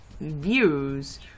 views